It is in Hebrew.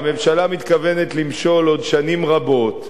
והממשלה מתכוונת למשול עוד שנים רבות,